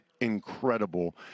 incredible